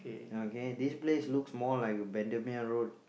okay this place looks more like a Bendemeer road